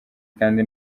kandi